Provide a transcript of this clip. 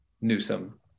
Newsom